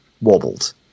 wobbled